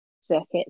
circuits